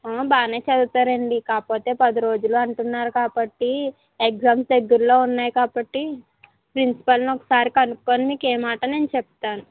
ఆ బాగానే చదువుతారండి కాకపోతే పది రోజులు అంటున్నారు కాబట్టి ఎగ్జామ్స్ దగ్గరలో ఉన్నాయి కాబట్టి ప్రిన్సిపాల్ని ఒకసారి కనుకుని మీకు ఏ మాట నేను చెప్తాను